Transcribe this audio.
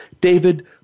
David